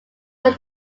was